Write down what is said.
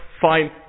Fine